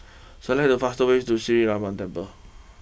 select the fast ways to Sree Ramar Temple